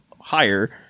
higher